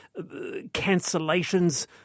cancellations